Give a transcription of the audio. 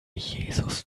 jesus